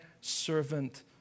servant